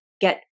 get